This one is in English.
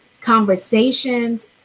conversations